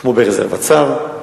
כמו ברזרבת שר,